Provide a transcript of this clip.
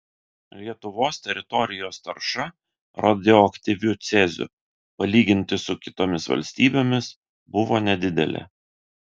lietuvos teritorijos tarša radioaktyviu ceziu palyginti su kitomis valstybėmis buvo nedidelė